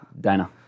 Dana